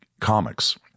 comics